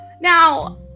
now